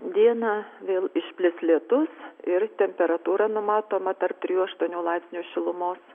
dieną vėl išplis lietus ir temperatūra numatoma per trijų aštuonių laipsnius šilumos